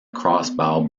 crossbow